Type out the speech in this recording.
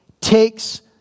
takes